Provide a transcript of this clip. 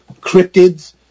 cryptids